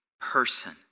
person